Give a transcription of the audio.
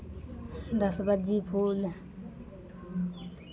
दस बज्जी फूल